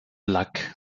blak